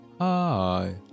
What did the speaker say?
hi